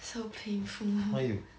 so painful